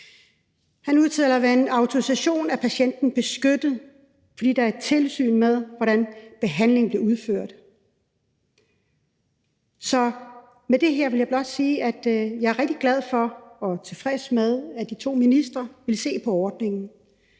Han udtaler: Ved en autorisation er patienten beskyttet, fordi der er et tilsyn med, hvordan behandlingen bliver udført. Så med det her vil jeg blot sige, at jeg er rigtig glad for og tilfreds med, at de to ministre vil se på ordningen.